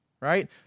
right